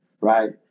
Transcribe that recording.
right